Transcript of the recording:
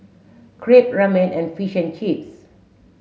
Crepe Ramen and Fish and Chips